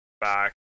back